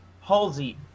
Halsey